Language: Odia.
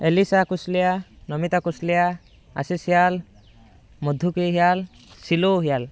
ଏଲିଶା କୁଶ୍ଲିଆ ନମିତା କୁଶ୍ଲିଆ ଆଶିଷ୍ ସିଆଲ୍ ମଧୁ କେହିଆଲ୍ ସିଲୋ ହିଆଲ୍